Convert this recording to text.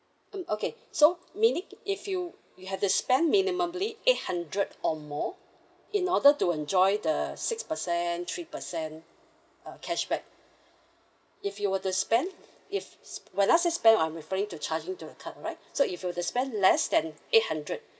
um okay so meaning if you you have to spend minimally eight hundred or more in order to enjoy the six per cent three percent uh cashback if you were to spend if when I say spend I'm referring to charging to the card all right so if you were to spend less than eight hundred